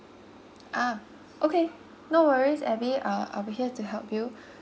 ah okay no worries abby uh I'll be here to help